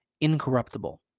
incorruptible